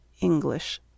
English